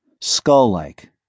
skull-like